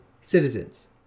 citizens